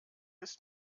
ist